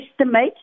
estimate